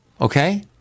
Okay